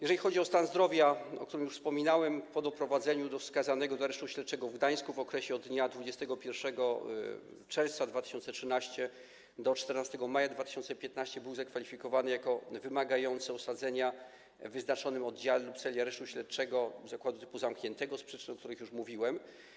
Jeżeli chodzi o stan zdrowia, o którym już wspominałem, to po doprowadzeniu skazanego do Aresztu Śledczego w Gdańsku w okresie od dnia 21 czerwca 2013 r. do dnia 14 maja 2015 r. był zakwalifikowany jako wymagający osadzenia w wyznaczonym oddziale lub w celi aresztu śledczego lub zakładu karnego typu zamkniętego z przyczyn, o których już mówiłem.